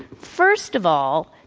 first of all,